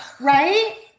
right